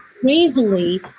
crazily